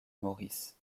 maurice